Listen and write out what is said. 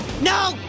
No